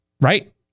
Right